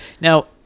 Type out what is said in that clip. Now